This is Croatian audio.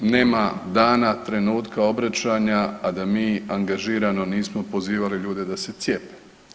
Nema dana, trenutka obraćanja a da mi angažirano nismo pozivali ljude da se cijepe.